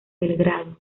belgrado